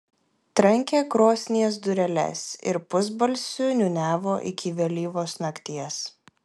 trankė krosnies dureles ir pusbalsiu niūniavo iki vėlyvos nakties